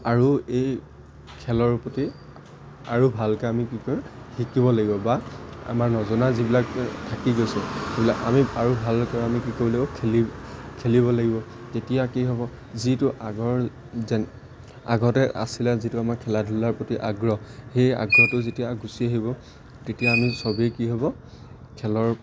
আৰু এই খেলৰ প্ৰতি আৰু ভালকৈ আমি কি কৰ শিকিব লাগিব বা আমাৰ নজনা যিবিলাক থাকি গৈছে সেইবিলাক আমি আৰু ভালকৈ আমি কি কৰিব লাগিব খেলি খেলিব লাগিব তেতিয়া কি হ'ব যিটো আগৰ যেন আগতে আছিলে যিটো আমাৰ খেলা ধূলাৰ প্ৰতি আগ্ৰহ সেই আগ্ৰহটো যেতিয়া গুচি আহিব তেতিয়া আমি চবেই কি হ'ব খেলৰ